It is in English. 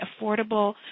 affordable